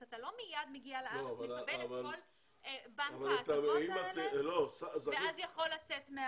אתה לא מיד מגיע לארץ ומקבל את כל בנק ההטבות האלה ואז יכול לצאת מהארץ.